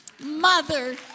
Mother